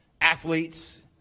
athletes